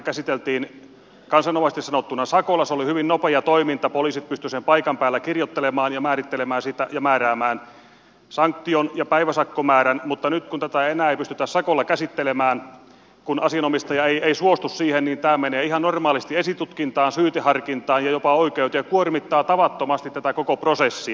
se oli hyvin nopeata toimintaa poliisit pystyivät sen paikan päällä kirjoittelemaan ja määräämään siitä sanktion ja päiväsakkomäärän mutta nyt kun tätä enää ei pystytä sakolla käsittelemään kun asianomistaja ei suostu siihen niin tämä menee ihan normaalisti esitutkintaan syyteharkintaan ja jopa oikeuteen ja kuormittaa tavattomasti tätä koko prosessia